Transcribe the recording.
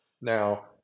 Now